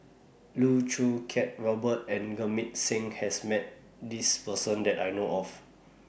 Loh Choo Kiat Robert and Jamit Singh has Met This Person that I know of